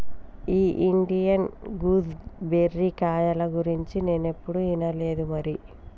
ఈ Indian gooseberry కాయల గురించి నేనేప్పుడు ఇనలేదు మరి